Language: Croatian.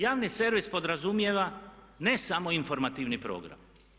Javni servis podrazumijeva ne samo informativni program.